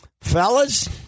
fellas